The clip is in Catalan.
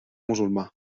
musulmà